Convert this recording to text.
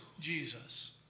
Jesus